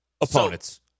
Opponents